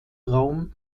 raum